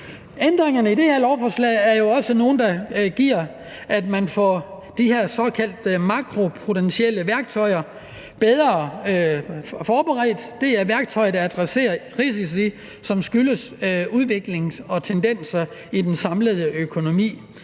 Ændringerne i det her lovforslag er jo også nogle, der betyder, at man får de her såkaldte makropotentielle værktøjer bedre forberedt. Det er værktøjer, der adresserer risici, som skyldes udviklingen og tendenser i den samlede økonomi.